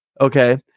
Okay